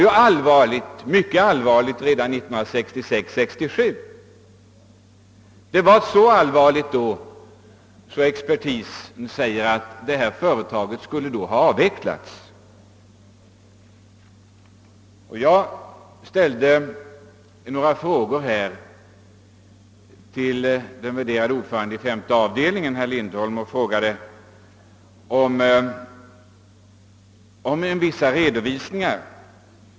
Men redan 1966 och 1967 var det så allvarligt, att företaget enligt expertisens mening redan då borde ha avvecklats. Jag ställde några frågor till femte avdelningens värderade ordförande, herr Lindholm, om vissa redovisningar.